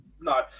No